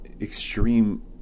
extreme